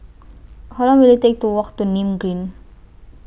How Long Will IT Take to Walk to Nim Green